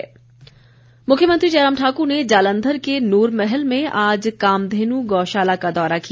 गौ पूजा मुख्यमंत्री जयराम ठाकुर ने जालंधर के नूरमहल में आज कामधेनु गौशाला का दौरा किया